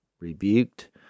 rebuked